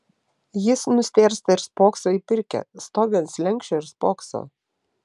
jis nustėrsta ir spokso į pirkią stovi ant slenksčio ir spokso